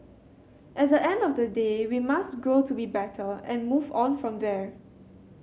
at the end of the day we must grow to be better and move on from there